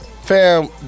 Fam